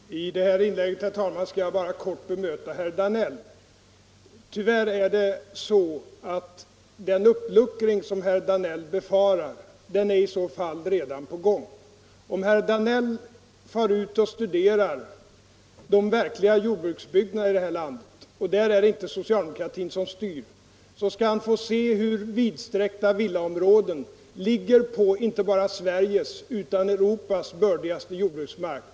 Herr talman! I det här inlägget skall jag bara kort bemöta herr Danell. Tyvärr är den uppluckring som herr Danell befarar redan på gång. Om herr Danell far ut och studerar de verkliga jordbruksbygderna i det här landet — i dessa bygder är det inte socialdemokratin som styr — skall han få se hur vidsträckta villaområden ligger på inte bara Sveriges utan Europas bördigaste jordbruksmark.